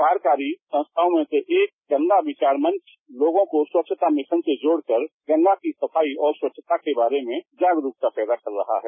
कार्यकारी संस्थाओं में से एक गंगा विचार मंच लोगों को स्वच्छता मिशन से जोड़कर गंगा की सफाई और स्वच्छता के बारे में जागरूकता पैदा कर रहा है